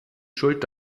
schuld